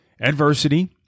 adversity